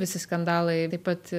visi skandalai taip pat